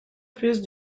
plus